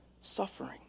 suffering